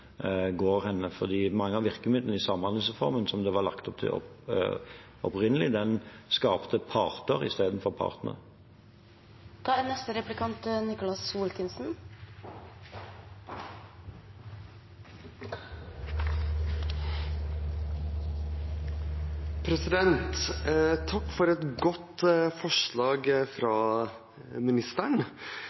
mange av virkemidlene i samhandlingsreformen, som det var lagt opp til opprinnelig, skapte parter i stedet for partnere. Takk for et godt forslag fra